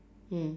mm